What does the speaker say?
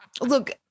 Look